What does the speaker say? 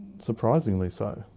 surprisingly so.